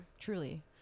Truly